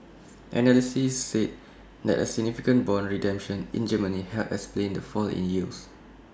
analysts said that A significant Bond redemption in Germany helped explain the fall in yields